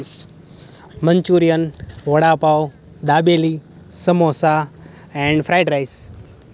Manchurian vada pav dabeli સમોસાં and fry rice